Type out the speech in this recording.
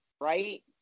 Right